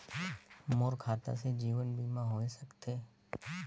मोर खाता से जीवन बीमा होए सकथे?